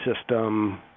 system